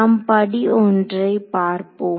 நாம் படி ஒன்றை பார்ப்போம்